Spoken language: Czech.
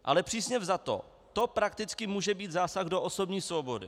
Ale přísně vzato to prakticky může být zásah do osobní svobody.